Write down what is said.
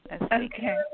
okay